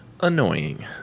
annoying